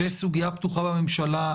שיש סוגיה פתוחה בממשלה,